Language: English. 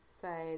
side